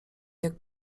jak